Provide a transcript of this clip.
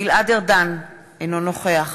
גלעד ארדן, אינו נוכח